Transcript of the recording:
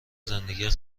زندگی